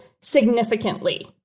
significantly